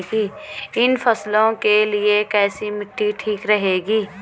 इन फसलों के लिए कैसी मिट्टी ठीक रहेगी?